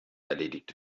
erledigt